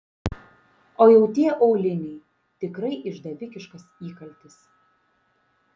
o jau tie auliniai tikrai išdavikiškas įkaltis